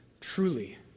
truly